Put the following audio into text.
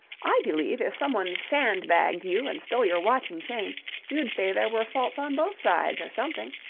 i believe if someone sandbagged you and stole your watch and chain you'd say there were faults on both sides or something.